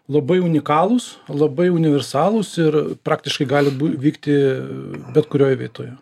labai unikalūs labai universalūs ir praktiškai gali vykti bet kurioj vietoje